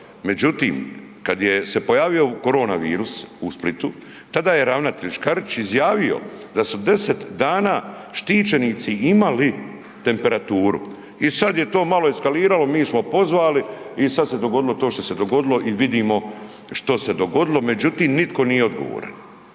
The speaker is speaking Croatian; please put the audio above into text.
Međutim, kad je se pojavio korona virus tada je ravnatelj Škarić izjavio da su 10 dana štićenici imali temperaturu i sad je to malo eskaliralo, mi smo pozvali i sad se dogodilo to što se dogodilo i vidimo što se dogodilo, međutim nitko nije odgovoran.